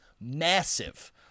massive